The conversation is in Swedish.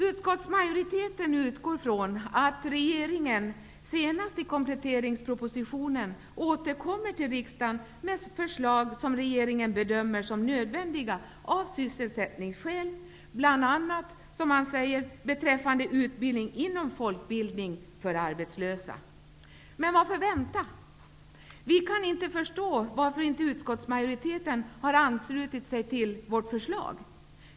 Utskottsmajoriteten utgår från att regeringen senast i kompletteringspropositionen återkommer till riksdagen med förslag som regeringen bedömer som nödvändiga av sysselsättningsskäl, bl.a. när det gäller utbildning inom folkbildning för arbetslösa. Men varför vänta. Vi kan inte förstå varför utskottsmajoriteten inte har anslutit sig till vårt förslag.